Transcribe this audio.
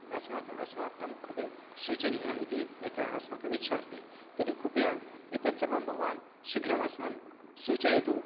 अस्मान् अस्माकं कृते सूचनीयः इति एका अस्माकमिच्छा अस्ति तर्हि कृपया एतत् सर्वं भवान् शीघ्रम् अस्मान् सूचयतु